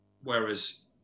whereas